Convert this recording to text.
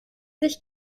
sich